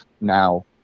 now